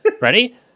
Ready